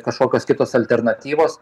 kažkokios kitos alternatyvos